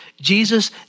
Jesus